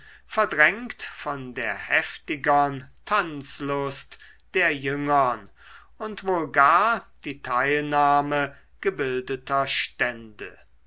verdrängt von der heftigern tanzlust der jüngern und wohl gar die teilnahme gebildeter stände